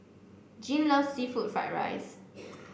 Jean loves seafood Fried Rice